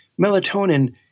Melatonin